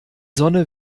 sonne